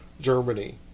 Germany